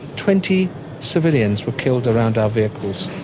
twenty civilians were killed around our vehicles.